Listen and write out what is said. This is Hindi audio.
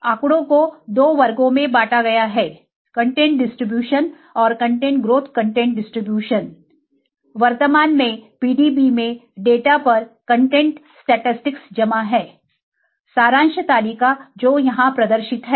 आँकड़ों को दो वर्गों में बांटा गया है कंटेंट डिस्ट्रीब्यूशन और कंटेंट ग्रोथ कंटेंट डिस्ट्रीब्यूशन वर्तमान में PDB में डाटा पर कंटेंट स्टैटिसटिक्स जमा है सारांश तालिका जो यहां प्रदर्शित है